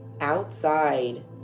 outside